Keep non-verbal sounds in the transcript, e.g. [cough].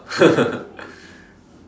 [laughs]